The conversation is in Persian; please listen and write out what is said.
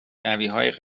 دعویهای